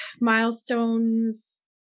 milestones